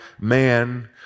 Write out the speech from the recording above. man